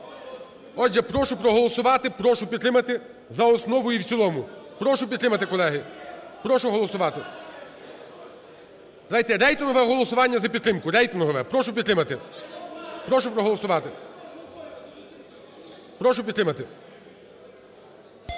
Отже, прошу проголосувати. Прошу підтримати за основу і в цілому. Прошу підтримати, колеги. Прошу голосувати. Рейтингове голосування за підтримку, рейтингове, прошу підтримати, прошу проголосувати, прошу підтримати.